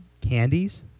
candies